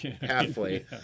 halfway